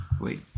Wait